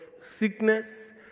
sickness